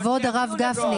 כבוד הרב גפני,